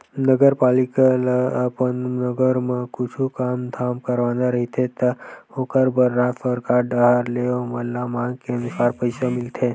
नगरपालिका ल अपन नगर म कुछु काम धाम करवाना रहिथे त ओखर बर राज सरकार डाहर ले ओमन ल मांग के अनुसार पइसा मिलथे